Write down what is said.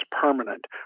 permanent